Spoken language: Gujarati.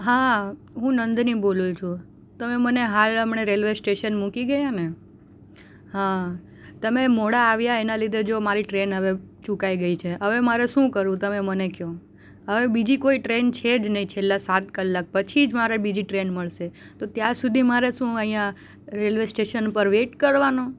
હા હુ નંદિની બોલું છું તમે મને હાલ હમણાં રેલવે સ્ટેશન મૂકી ગયા ને હા તમે મોડા આવ્યા એના લીધે જો મારી ટ્રેન હવે ચુકાઈ ગઈ છે હવે મારે શું કરવું તમે મને કહો હવે બીજી કોઈ ટ્રેન છે જ નહીં છેલ્લા સાત કલાક પછી જ મારે બીજી ટ્રેન મળશે તો ત્યાં સુધી મારે શું અહીંયા રેલવે સ્ટેશન પર વેટ કરવાનો